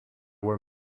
were